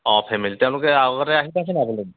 অঁ ফেমিলি তেওঁলোকে আগতে আহি পাইছে নে আপুনি